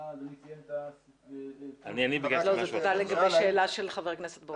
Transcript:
אדוני קיים את --- זה ניתן לגבי שאלה של חבר הכנסת ברוכי.